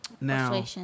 Now